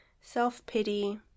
self-pity